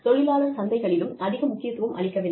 தொழிலாளர் சந்தைகளிலும் அதிக முக்கியத்துவம் அளிக்கவில்லை